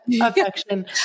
affection